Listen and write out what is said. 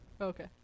Okay